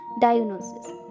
diagnosis